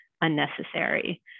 unnecessary